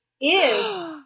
is-